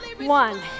one